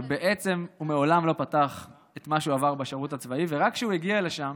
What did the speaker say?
שבעצם הוא מעולם לא פתח את מה שהוא עבר בשירות הצבאי ורק כשהוא הגיע לשם